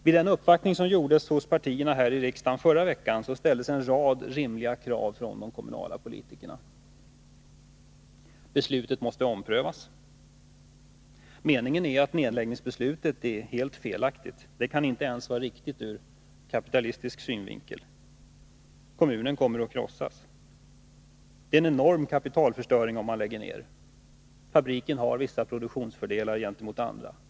Vid den uppvaktning som förra veckan gjordes hos partierna här i riksdagen ställdes en rad rimliga krav från de kommunala politikerna. Ett krav var att beslutet måste omprövas. Meningen i kommunen är att nedläggningsbeslutet är helt felaktigt. Det kan inte vara riktigt ens ur kapitalistisk synvinkel. Kommunen kommer att krossas. Det innebär en enorm kapitalförstöring om man lägger ned fabriken, som har vissa produktionsfördelar gentemot andra fabriker.